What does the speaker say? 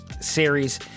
series